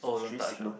should we signal